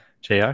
JR